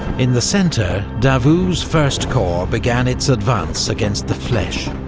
in the centre, davout's first corps began its advance against the fleches,